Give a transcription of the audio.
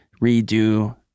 redo